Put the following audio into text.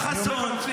אני אומר לו להפסיק.